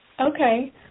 Okay